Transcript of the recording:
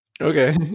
Okay